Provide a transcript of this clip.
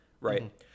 right